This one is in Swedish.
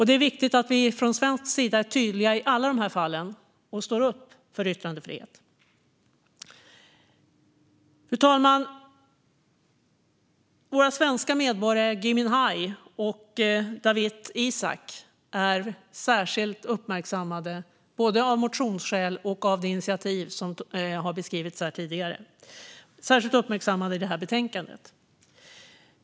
Det är viktigt att vi från svensk sida är tydliga i alla dessa fall och står upp för yttrandefrihet. Fru talman! Våra svenska medborgare Gui Minhai och Dawit Isaak är särskilt uppmärksammade, både av motionsskäl och i det initiativ som beskrivits här tidigare. De är särskilt uppmärksammade i det här betänkandet.